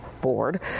Board